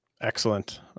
Excellent